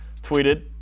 tweeted